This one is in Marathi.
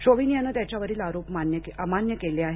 शोविन यानं त्याच्यावरील आरोप अमान्य केले आहेत